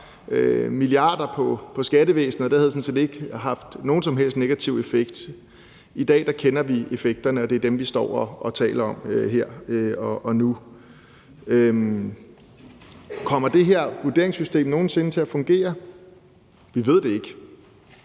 milliarder på skattevæsenet og det sådan set ikke havde haft nogen som helst negativ effekt. I dag kender vi effekterne, og det er dem, vi står og taler om her og nu. Kommer det her vurderingssystem nogen sinde til at fungere? Vi ved det ikke.